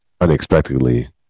unexpectedly